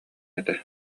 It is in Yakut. этэ